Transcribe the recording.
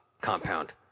compound